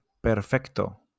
perfecto